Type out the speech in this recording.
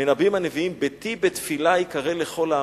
מנבאים הנביאים: ביתי בית תפילה ייקרא לכל העמים.